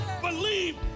believe